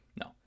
No